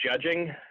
judging